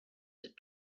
that